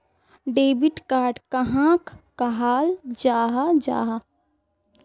Debit card कहाक कहाल जाहा जाहा?